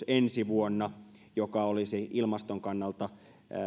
ensi vuonna energiaverouudistus joka olisi ilmaston kannalta